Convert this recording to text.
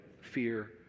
fear